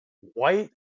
white